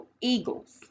eagles